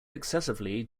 excessively